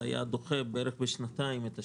זה היה דוחה בערך בשנתיים את השיווק.